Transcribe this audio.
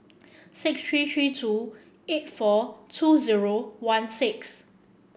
six three three two eight four two zero one six